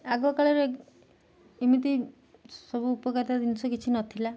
ଆଗ କାଳରେ ଏମିତି ସବୁ ଉପକାରିତା ଜିନିଷ କିଛି ନଥିଲା